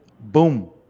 Boom